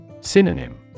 Synonym